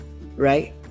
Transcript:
right